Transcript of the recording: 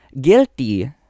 guilty